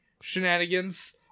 shenanigans